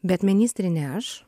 bet ministrė ne aš